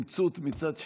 ותמצות, מצד שני,